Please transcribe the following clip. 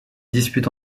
dispute